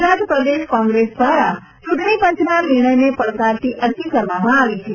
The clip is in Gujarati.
ગુજરાત પ્રદેશ કોંગ્રેસ દ્વારા ચૂંટણીપંચના નિર્ણયને પડકારતી અરજી કરવામાં આવી છે